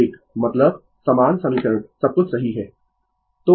प्रत्येक मतलब समान समीकरण सब कुछ सही है